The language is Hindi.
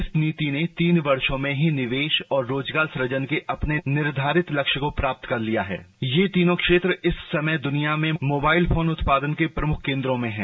इस नीति ने तीन वर्षो में ही निवेश और रोजगार सुजन के अपने निर्धारित लक्ष्यों प्राप्त कर लिए हैं और ये तीनों क्षेत्र इस समय दुनिया में मोबाइल फोन उत्पादन के प्रमुख केन्द्रों में हैं